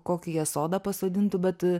kokį jie sodą pasodintų bet